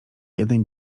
jeden